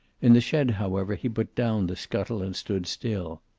in the shed, however, he put down the scuttle and stood still.